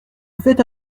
devait